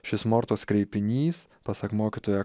šis mortos kreipinys pasak mokytojo